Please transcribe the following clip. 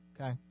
okay